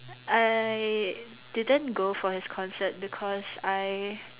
I didn't go for his concert because I